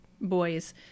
boys